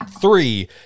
three